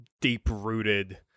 deep-rooted